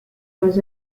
was